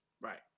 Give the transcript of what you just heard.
Right